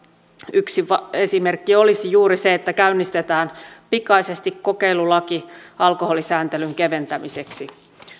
yksi esimerkki olisi juuri se että käynnistetään pikaisesti kokeilulaki alkoholisääntelyn keventämiseksi